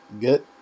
Good